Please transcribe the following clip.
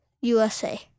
USA